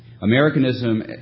Americanism